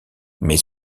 mais